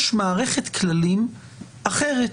יש מערכת כללים אחרת